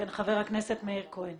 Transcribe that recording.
כן, חבר הכנסת מאיר כהן.